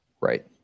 Right